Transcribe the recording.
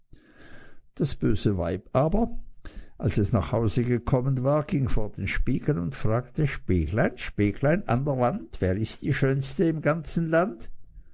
das böse weib aber als es nach haus gekommen war ging vor den spiegel und fragte spieglein spieglein an der wand wer ist die schönste im ganzen land